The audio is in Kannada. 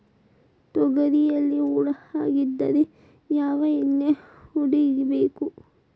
ತೊಗರಿಯಲ್ಲಿ ಹುಳ ಆಗಿದ್ದರೆ ಯಾವ ಎಣ್ಣೆ ಹೊಡಿಬೇಕು?